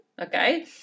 Okay